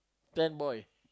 ten boy